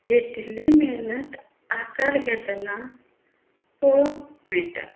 घेतिल्ली मेहनत आकार घेतना पळोवंक मेळटा